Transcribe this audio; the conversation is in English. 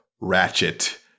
ratchet